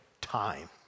time